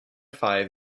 five